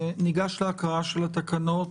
ניגש להקראה של התקנות